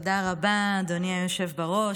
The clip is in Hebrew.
תודה רבה, אדוני היושב בראש.